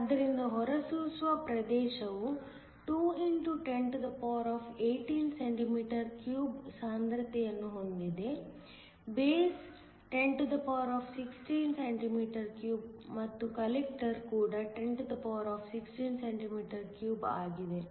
ಆದ್ದರಿಂದ ಹೊರಸೂಸುವ ಪ್ರದೇಶವು 2 x 1018 cm 3 ಸಾಂದ್ರತೆಯನ್ನು ಹೊಂದಿದೆ ಬೇಸ್ 1016cm 3 ಮತ್ತು ಕಲೆಕ್ಟರ್ ಕೂಡ 1016cm 3 ಆಗಿದೆ